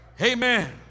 Amen